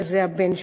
וזה הבן שלהם.